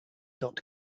dot